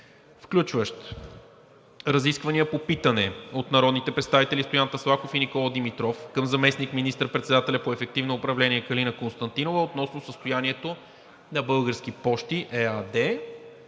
включващ: 12.1. Разисквания по питане от народните представители Стоян Таслаков и Никола Димитров към заместник министър-председателя по ефективно управление Калина Константинова относно състоянието на „Български пощи“ ЕАД;